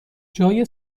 جای